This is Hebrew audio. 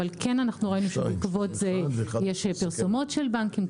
אבל כן אנחנו ראינו שבעקבות זה יש פרסומות של בנקים,